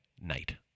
night